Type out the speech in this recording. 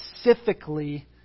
specifically